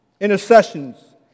intercessions